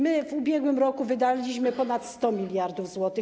My w ubiegłym roku wydaliśmy ponad 100 mld zł.